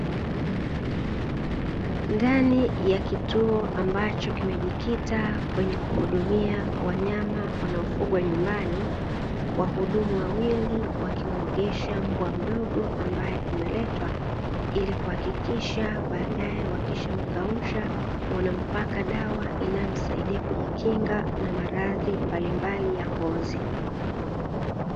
Ndani ya kituo ambacho kimejikita kwenye kuhudumia wanyama wanaofugwa nyumbani, wahudumu wawili wakimuogesha mbwa mdogo ambaye ameletwa ili kuhakikisha baadae, wakishamkausha, wanampaka dawa inayomsaidia kujikinga na maradhi mbalimbali ya ngozi.